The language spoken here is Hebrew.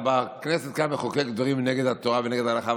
כאן בכנסת מחוקק דברים נגד התורה ונגד ההלכה,